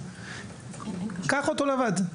קח אותו לבד.